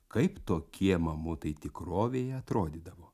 kaip tokie mamutai tikrovėje atrodydavo